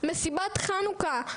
מסיבת חנוכה,